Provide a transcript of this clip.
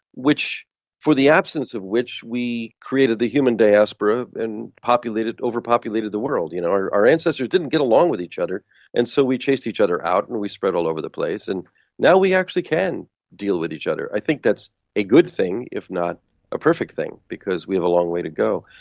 which for the absence of which we created the human diaspora and overpopulated overpopulated the world. you know our our ancestors didn't get along with each other and so we chased each other out and we spread all over the place, and now we actually can deal with each other. i think that's a good thing if not a perfect thing, because we've a long way to go.